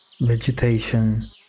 vegetation